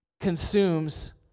consumes